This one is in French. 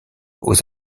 aux